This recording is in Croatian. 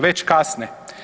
Već kasne.